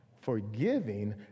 forgiving